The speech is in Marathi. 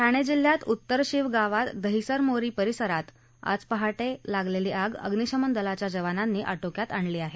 ठाणे जिल्ह्यात उत्तरशीवगावात दहीसर मोरी परिसरात आज पहाटे लागलेली आग अग्निशमन दलाच्या जवानांनी आटोक्यात आणली आहे